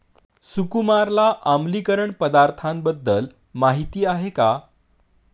सुकुमारला आम्लीकरण पदार्थांबद्दल माहिती आहे का?